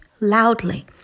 loudly